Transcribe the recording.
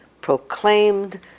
proclaimed